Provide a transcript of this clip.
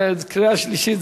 קריאה שלישית,